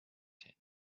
tent